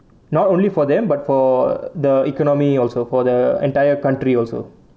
not only for them but for the economy also for the entire country also